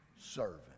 servant